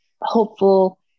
hopeful